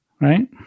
Right